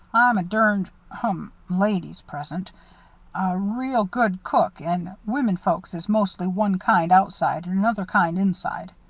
i'm a durned hum, ladies present real good cook and women-folks is mostly one kind outside and another kind inside.